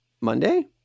Monday